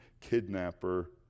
kidnapper